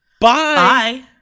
Bye